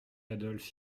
adolphe